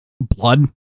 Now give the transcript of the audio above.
blood